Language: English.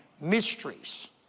mysteries